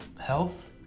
health